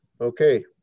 Okay